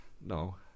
No